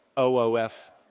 oof